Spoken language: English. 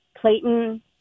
Clayton